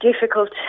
difficult